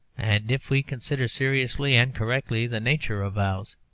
and if we consider seriously and correctly the nature of vows,